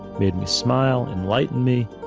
made me smile, enlighten me,